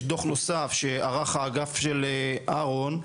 יש דוח נוסף שערך האגף של אהרון,